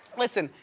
listen,